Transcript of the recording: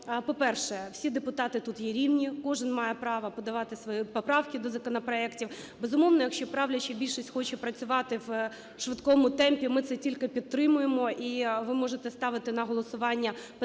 по-перше, всі депутати тут є рівні, кожен має право подавати свої поправки до законопроектів, безумовно, якщо правляча більшість хоче працювати в швидкому темпі, ми це тільки підтримуємо, і ви можете ставити на голосування питання